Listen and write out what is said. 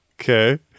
Okay